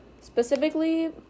specifically